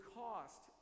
cost